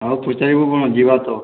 ଆଉ ପଚାରିବୁ କ'ଣ ଯିବା ତ